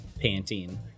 panting